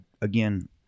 again